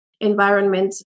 environment